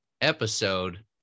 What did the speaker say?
episode